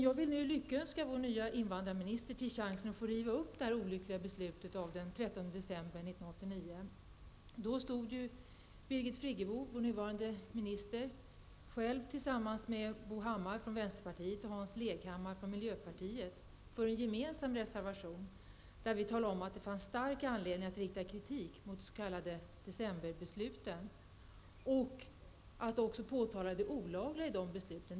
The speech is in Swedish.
Jag vill nu lyckönska vår nya invandrarminister till chansen att få riva upp det olyckliga beslutet av den 13 Då stod ju Birgit Friggebo, vår nuvarande minister, själv tillsammans med Bo Hammar från vänsterpartiet och Hans Leghammar från miljöpartiet för en reservation där man talade om att det fanns stark anledning att rikta kritik mot de s.k. decemberbesluten och att påtala det olagliga i besluten.